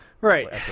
Right